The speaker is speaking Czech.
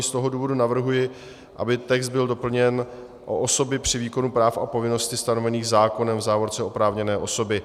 Z tohoto důvodu navrhuji, aby text byl doplněn o osoby při výkonu práv a povinností stanovených zákonem, v závorce oprávněné osoby.